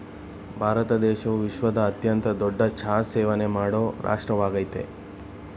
ಭಾರತ ದೇಶವು ವಿಶ್ವದ ಅತ್ಯಂತ ದೊಡ್ಡ ಚಹಾ ಸೇವನೆ ಮಾಡೋ ರಾಷ್ಟ್ರವಾಗಯ್ತೆ